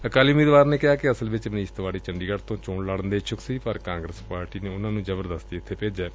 ਅਕਾਲੀ ਉਮੀਦਵਾਰ ਨੇ ਕਿਹਾ ਕਿ ਅਸਲ ਵਿਚ ਮਨੀਸ਼ ਤਿਵਾੜੀ ਚੰਡੀਗੜ ਤੋਂ ਚੋਣ ਲੜਨ ਦੇ ਇਛੁੱਕ ਸਨ ਪਰ ਕਾਂਗਰਸ ਪਾਰਟੀ ਨੇ ਉਨ੍ਹਾਂ ਨੂੰ ਜਬਰਦਸਤੀ ਇਥੇ ਭੇਜਿਐ